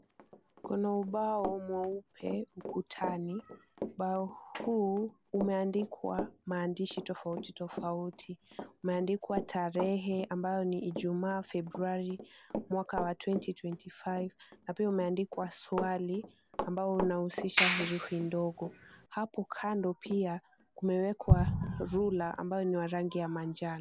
Kuna ubao mweupe ukutani. Bao huu umeandikwa maandishi tofauti tofauti. Umeandikwa tarehe ambayo ni Ijumaa Februari mwaka wa twenty twenty five na pia umeandikwa swali ambao unahusisha herufi ndogo. Hapo kando pia kumewekwa rula ambayo ni wa rangi ya manjano.